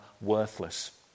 worthless